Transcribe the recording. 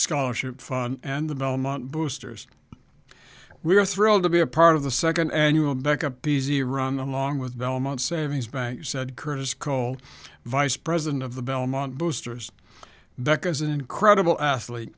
scholarship fund and the belmont boosters we are thrilled to be a part of the second annual back a busy run along with belmont savings by said curtis cole vice president of the belmont boosters beckons an incredible athlete